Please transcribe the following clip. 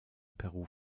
peru